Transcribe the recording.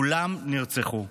כולם נרצחו.